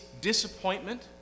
disappointment